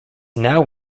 now